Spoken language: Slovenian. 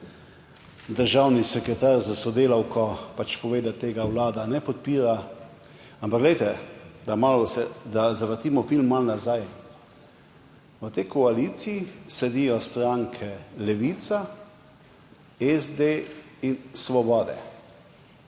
državni sekretar s sodelavko pač pove, da tega vlada ne podpira. Ampak glejte, da zavrtimo film malo nazaj, v tej koaliciji sedijo stranke Levica, SD in Svoboda.